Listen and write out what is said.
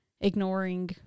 ignoring